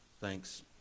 thanks